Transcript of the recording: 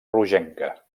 rogenca